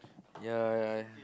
ya ya ya